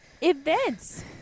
events